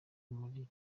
muri